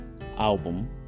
album